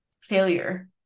failure